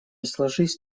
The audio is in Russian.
сложись